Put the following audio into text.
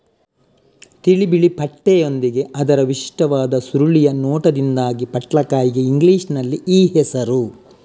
ತಿಳಿ ಬಿಳಿ ಪಟ್ಟೆಗಳೊಂದಿಗೆ ಅದರ ವಿಶಿಷ್ಟವಾದ ಸುರುಳಿಯ ನೋಟದಿಂದಾಗಿ ಪಟ್ಲಕಾಯಿಗೆ ಇಂಗ್ಲಿಷಿನಲ್ಲಿ ಈ ಹೆಸರು